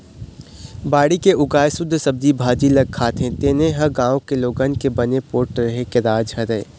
बाड़ी के उगाए सुद्ध सब्जी भाजी ल खाथे तेने ह गाँव के लोगन के बने पोठ रेहे के राज हरय